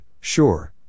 sure